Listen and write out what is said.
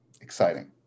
exciting